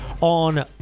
on